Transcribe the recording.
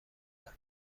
دادن